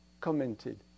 commented